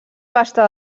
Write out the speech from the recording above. vasta